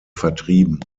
vertrieben